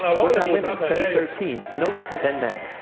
what about women? study thirteen no different than men.